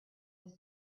his